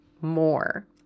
more